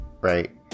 right